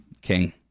king